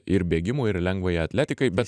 ir bėgimui ir lengvajai atletikai bet